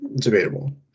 Debatable